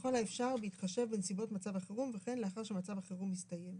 ככל האפשר בהתחשב בנסיבות מצב החירום וכן לאחר שמצב החירום הסתיים.